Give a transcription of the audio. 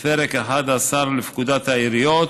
לפרק 11 לפקודת העיריות,